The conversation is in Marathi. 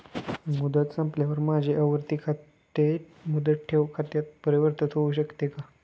मुदत संपल्यावर माझे आवर्ती ठेव खाते मुदत ठेव खात्यात परिवर्तीत होऊ शकते का?